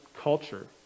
culture